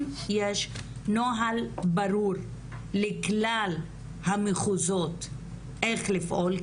יש נוהל ברור לכלל המחוזות איך לפעול?